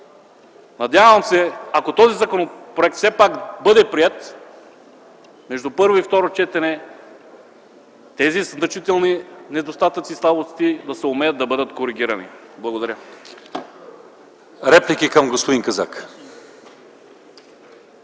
Надявам се, ако този законопроект все пак бъде приет, между първо и второ четене тези значителни недостатъци и слабости да съумеят да бъдат коригирани. Благодаря.